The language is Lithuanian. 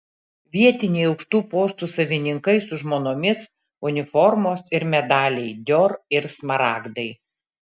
vietiniai aukštų postų savininkai su žmonomis uniformos ir medaliai dior ir smaragdai